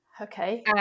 Okay